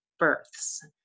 Births